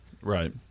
right